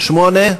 8?